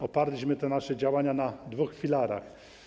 Oparliśmy te nasze działania na dwóch filarach.